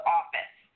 office